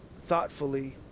thoughtfully